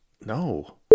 No